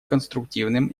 конструктивным